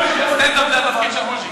סטנד-אפ זה התפקיד של בוז'י.